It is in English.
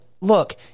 look